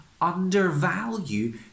undervalue